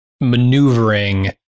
maneuvering